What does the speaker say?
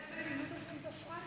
זאת בדיוק המדיניות הסכיזופרנית.